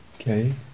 Okay